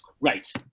Right